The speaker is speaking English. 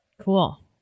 Cool